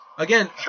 Again